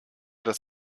das